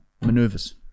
maneuvers